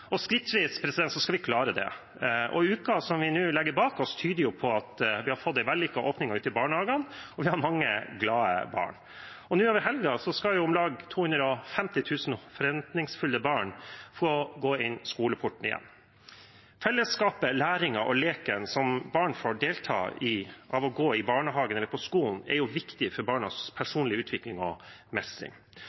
og skrittvis skal vi klare det. Uken vi nå legger bak oss, tyder på at vi har fått en vellykket åpning ute i barnehagene, og vi har mange glade barn. Nå over helgen skal om lag 250 000 forventningsfulle barn få gå inn skoleporten igjen. Fellesskapet, læringen og leken som barn får delta i ved å gå i barnehagen eller på skolen, er viktig for barnas personlige utvikling og mestring.